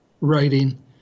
writing